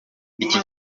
iki